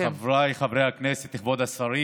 גברתי היושבת-ראש, חבריי חברי הכנסת, כבוד השרים,